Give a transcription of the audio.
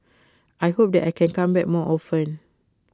I hope that I can come back more often